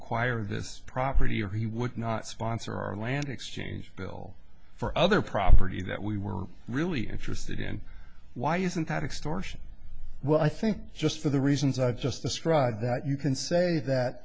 acquire this property or he would not sponsor our land exchange bill for other property that we were really interested in why isn't that explores well i think just for the reasons i just described that you can say that